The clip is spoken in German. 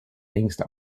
längst